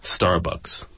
Starbucks